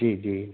جی جی